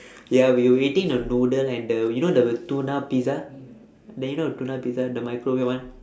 ya we were eating the noodle and the you know the tuna pizza neh you know the tuna pizza the microwave one